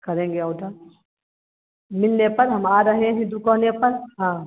करेंगे ऑडर मिलने पर हम आ रहें है दुकाने पर हाँ